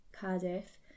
Cardiff